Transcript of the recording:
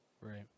Right